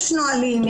יש נהלים,